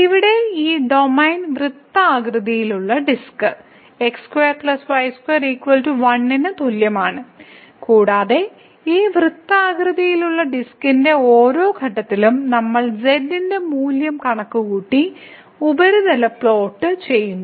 ഇവിടെ ഈ ഡൊമെയ്ൻ വൃത്താകൃതിയിലുള്ള ഡിസ്ക് ന് തുല്യമാണ് കൂടാതെ ഈ വൃത്താകൃതിയിലുള്ള ഡിസ്കിന്റെ ഓരോ ഘട്ടത്തിലും നമ്മൾ z ന്റെ മൂല്യം കണക്കുകൂട്ടി ഉപരിതല പ്ലോട്ട് ചെയ്യുന്നു